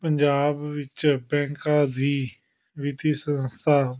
ਪੰਜਾਬ ਵਿੱਚ ਬੈਂਕਾਂ ਦੀ ਵਿੱਤੀ ਸੰਸਥਾ